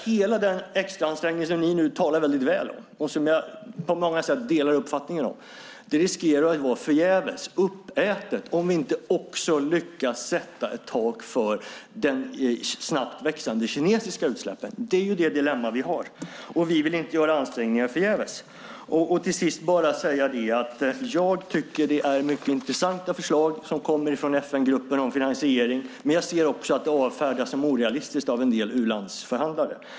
Hela den extraansträngning som ni nu talar väldigt väl om, och som jag på många sätt delar uppfattningen om, riskerar att vara förgäves, uppätet, om vi inte också lyckas sätta ett tak för de snabbt växande kinesiska utsläppen. Det är det dilemma vi har, och vi vill inte göra ansträngningar förgäves. Till sist vill jag bara säga att jag tycker att det är mycket intressanta förslag som kommer från FN-gruppen om finansiering, men jag ser också att de avfärdas som orealistiska av en del u-landsförhandlare.